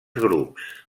grups